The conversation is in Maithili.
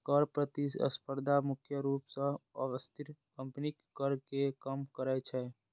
कर प्रतिस्पर्धा मुख्य रूप सं अस्थिर कंपनीक कर कें कम करै छै